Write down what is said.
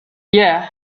yeah